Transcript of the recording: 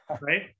right